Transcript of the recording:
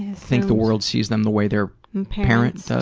think the world sees them the way their parents so